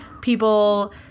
people